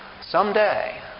Someday